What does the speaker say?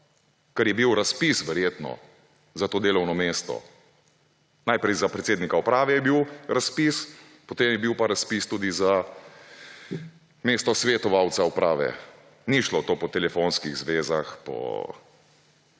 ker je bil razpis, verjetno, za to delovno mesto. Najprej za predsednika uprave je bil razpis, potem je bil pa razpis tudi za mesto svetovalca uprave. Ni šlo to po telefonskih zvezah, po